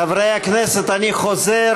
חברי הכנסת, אני חוזר